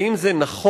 האם זה נכון?